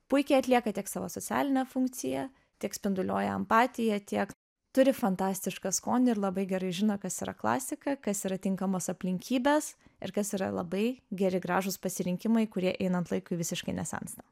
puikiai atlieka tiek savo socialinę funkciją tiek spinduliuoja empatiją tiek turi fantastišką skonį ir labai gerai žino kas yra klasika kas yra tinkamos aplinkybės ir kas yra labai geri gražūs pasirinkimai kurie einant laikui visiškai nesensta